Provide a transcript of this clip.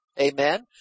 Amen